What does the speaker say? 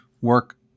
work